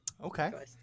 Okay